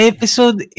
Episode